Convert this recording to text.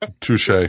Touche